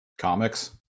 comics